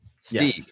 Steve